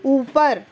اوپر